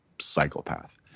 psychopath